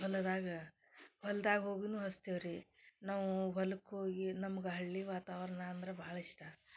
ಹೊಲದಾಗ ಹೊಲ್ದಾಗ ಹೋಗಿನೂ ಹಚ್ತೇವ್ ರೀ ನಾವು ಹೊಲಕ್ಕೆ ಹೋಗಿ ನಮ್ಗೆ ಹಳ್ಳಿ ವಾತಾವರಣ ಅಂದ್ರೆ ಭಾಳ ಇಷ್ಟ